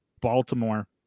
Baltimore